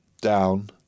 Down